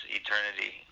eternity